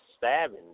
stabbing